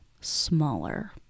smaller